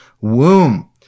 womb